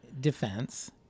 defense